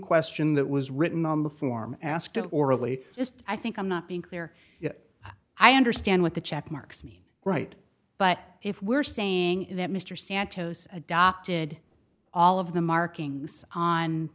question that was written on the form asked orally just i think i'm not being clear if i understand what the check marks mean right but if we're saying that mr santos adopted all of the markings on